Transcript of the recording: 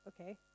okay